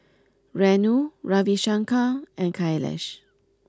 Renu Ravi Shankar and Kailash